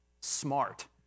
smart